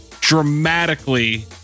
dramatically